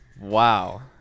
wow